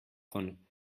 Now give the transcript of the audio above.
von